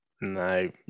No